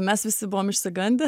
mes visi buvom išsigandę